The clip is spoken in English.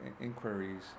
inquiries